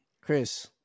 Chris